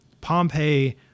Pompeii